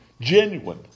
genuine